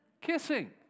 kissing